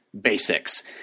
Basics